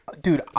Dude